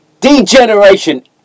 Degeneration